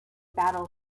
battle